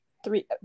three